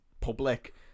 public